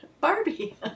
Barbie